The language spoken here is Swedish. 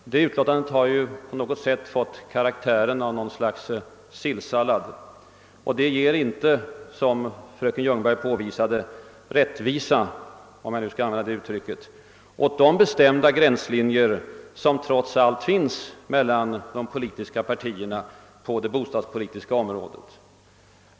Detta utlåtande har på något sätt fått karaktären av ett slags sillsallat, och det ger inte, som fröken Ljungberg påvisade, rättvisa — om man nu skall använda det uttrycket — åt de bestämda gränslinjer som dock trots allt finns mellan de politiska partierna på det bostadspolitiska området.